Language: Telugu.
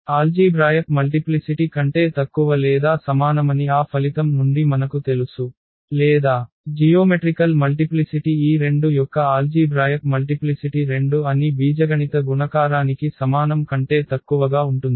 ఆల్జీభ్రాయక్ మల్టిప్లిసిటి కంటే తక్కువ లేదా సమానమని ఆ ఫలితం నుండి మనకు తెలుసు లేదా జియోమెట్రికల్ మల్టిప్లిసిటి ఈ 2 యొక్క ఆల్జీభ్రాయక్ మల్టిప్లిసిటి 2 అని బీజగణిత గుణకారానికి సమానం కంటే తక్కువగా ఉంటుంది